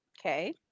Okay